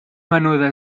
menuda